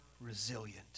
resilient